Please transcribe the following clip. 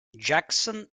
jackson